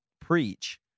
preach